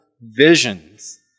visions